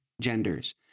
genders